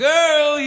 Girl